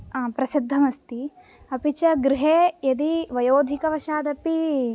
प्रसिद्धमस्ति अपि च गृहे यदि वयोधिकवशादपि